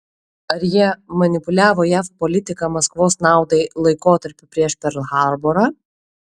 ar jie manipuliavo jav politika maskvos naudai laikotarpiu prieš perl harborą